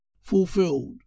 Fulfilled